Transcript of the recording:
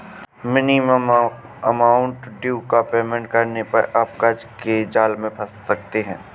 minimum amount due का payment करने पर आप कर्ज के जाल में फंस सकते हैं